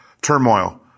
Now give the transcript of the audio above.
turmoil